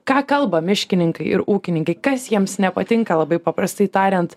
ką kalba miškininkai ir ūkininkai kas jiems nepatinka labai paprastai tariant